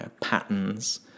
patterns